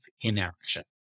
inaction